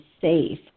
safe